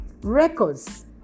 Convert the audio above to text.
Records